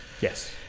Yes